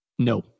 No